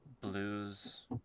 blues